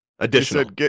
additional